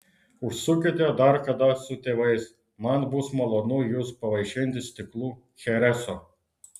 užsukite dar kada su tėvais man bus malonu jus pavaišinti stiklu chereso